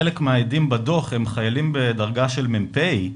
חלק מהעדים בדוח הם חיילים בדרגה של מ"פ,